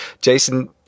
Jason